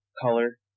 color